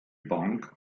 bank